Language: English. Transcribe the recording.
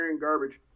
garbage